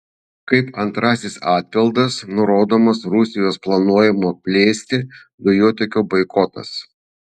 kaip antrasis atpildas nurodomas rusijos planuojamo plėsti dujotiekio boikotas